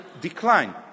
decline